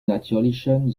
natürlichen